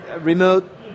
remote